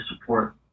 support